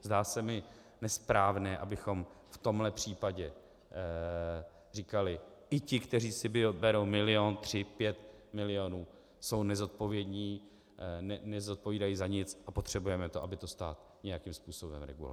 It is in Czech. Zdá se mi nesprávné, abychom v tomhle případě říkali: i ti, kteří si berou milion, tři, pět milionů, jsou nezodpovědní, nezodpovídají za nic a potřebujeme, aby to stát nějakým způsobem reguloval.